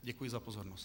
Děkuji za pozornost.